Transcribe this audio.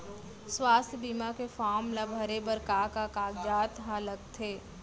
स्वास्थ्य बीमा के फॉर्म ल भरे बर का का कागजात ह लगथे?